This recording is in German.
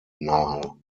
nahe